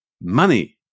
Money